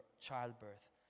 childbirth